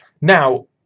Now